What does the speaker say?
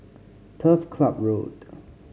Turf Club Road